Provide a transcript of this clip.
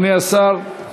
אדוני השר,